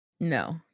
No